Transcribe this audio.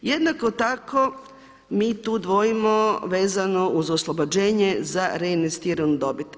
Jednako tako mi tu dvojimo vezano uz oslobođenje za reinvestiranu dobit.